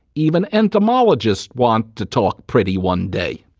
even entomologists want to talk pretty one day.